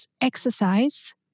exercise